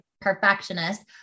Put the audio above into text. perfectionist